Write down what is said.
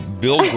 bill